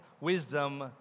wisdom